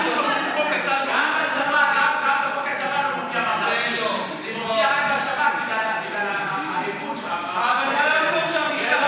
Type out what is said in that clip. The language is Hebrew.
גם בחוק הצבא לא מופיעה המילה "ממלכתי" אבל מה לעשות שהמשטרה